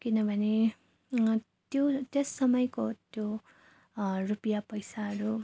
किनभने त्यो त्यस समयको त्यो रुपियाँ पैसाहरू